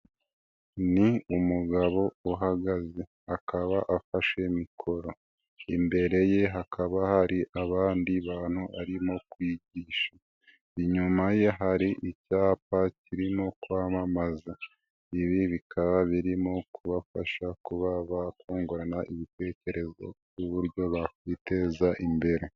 Ni umugabo uhagaze, akaba afashe mikoro, imbere ye hakaba hari abandi bantu arimo kwigisha, inyuma ye hari icyapa kirimo kwamamaza, ibi bikaba birimo kubafasha kuba bakungurana ibitekerezo ku buryo bakwiteza imbere.